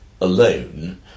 alone